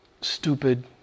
stupid